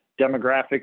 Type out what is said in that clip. demographic